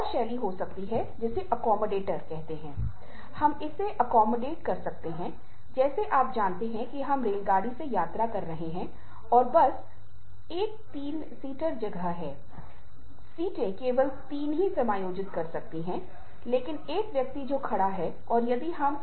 और इन पारिवारिक नीतियों का कहना है कि परिवार की कुछ नीति कहती हैं कि लचीले काम के घंटे है जैसे कि फ्लेक्सी टाइम